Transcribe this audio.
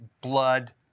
blood